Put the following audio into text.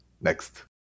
Next